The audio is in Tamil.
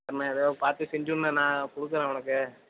நம்ப எதோ பார்த்து செஞ்சுடுண்னே நான் கொடுக்குறேன் உனக்கு